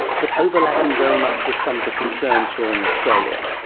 but overlapping very much with some of the concerns here in australia.